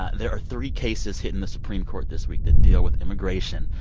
ah there are three cases hitting the supreme court this week that deal with immigration,